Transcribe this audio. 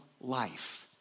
life